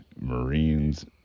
marines